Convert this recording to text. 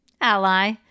Ally